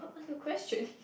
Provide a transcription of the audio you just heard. what what's your question